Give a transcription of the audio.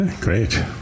great